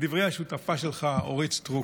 כדברי השותפה שלך אורית סטרוק.